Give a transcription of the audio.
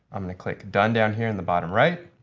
i'm going to click done down here in the bottom right.